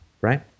right